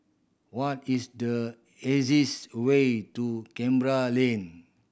what is the easiest way to Canberra Lane